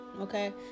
Okay